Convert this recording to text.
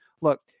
look